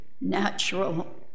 natural